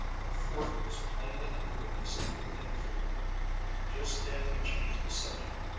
but fort was plainly unwilling to say anything further just then he changed the subject,